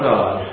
God